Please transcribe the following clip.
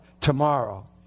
Tomorrow